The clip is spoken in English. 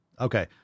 Okay